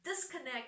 disconnect